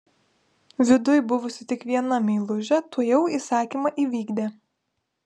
viduj buvusi tik viena meilužė tuojau įsakymą įvykdė